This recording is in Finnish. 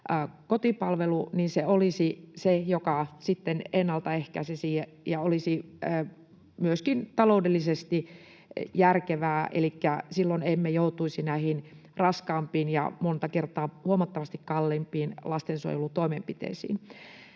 kotipalvelu olisi se, joka sitten ennaltaehkäisisi ja olisi myöskin taloudellisesti järkevää, elikkä silloin emme joutuisi näihin raskaampiin ja monta kertaa huomattavasti kalliimpiin lastensuojelutoimenpiteisiin.